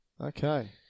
Okay